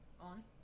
On